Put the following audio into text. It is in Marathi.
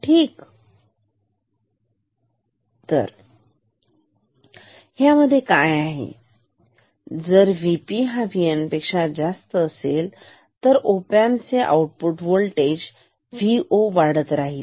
ठीक तर ह्या मध्ये काय आहे जर VP हा VN पेक्षा जास्त असेल तर ओपॅम्प चे आउटपुट व्होल्टेज Vo वाढत राहील